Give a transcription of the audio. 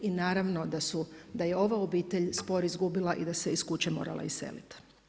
I naravno da je ova obitelj spor izgubila i da se iz kuće morala iseliti.